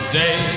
day